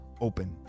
open